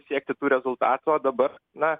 siekti tų rezultatų o dabar na